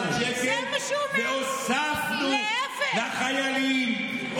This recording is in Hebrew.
תגידו: הילדים שלך, לא מגיע להם חינוך.